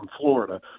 Florida